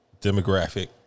Demographic